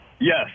yes